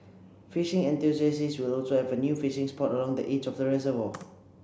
fishing enthusiasts will also have a new fishing spot along the edge of the reservoir